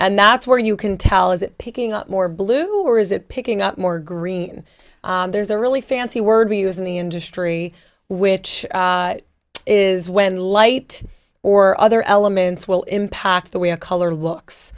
and that's where you can tell is it picking up more blue or is it picking up more green there's a really fancy word we use in the industry which is when light or other elements will impact the way a color looks